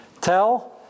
tell